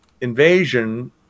invasion